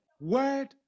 word